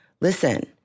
listen